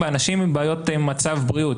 באנשים עם בעיות במצב הבריאות,